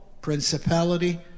Principality